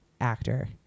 actor